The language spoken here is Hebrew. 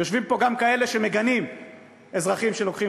יושבים פה גם כאלה שמגנים אזרחים שלוקחים